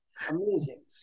amazing